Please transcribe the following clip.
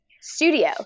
studio